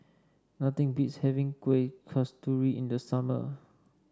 nothing beats having Kuih Kasturi in the summer